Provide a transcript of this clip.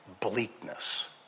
bleakness